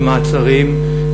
במעצרים,